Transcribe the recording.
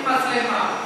עם מצלמה,